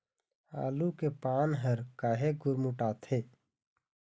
आलू के पान हर काहे गुरमुटाथे?